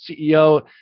CEO